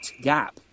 gap